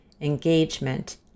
engagement